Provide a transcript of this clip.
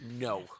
No